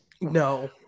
No